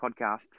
podcast